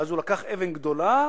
ואז הוא לקח אבן גדולה